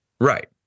Right